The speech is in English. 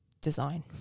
design